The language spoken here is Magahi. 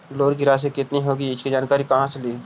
लोन की रासि कितनी होगी इसकी जानकारी कहा से ली?